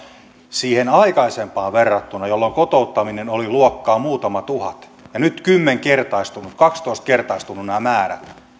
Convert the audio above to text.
siihen aikaisempaan verrattuna jolloin kotouttaminen oli luokkaa muutama tuhat nämä määrät ovat nyt kymmenkertaistuneet kaksitoista kertaistuneet ja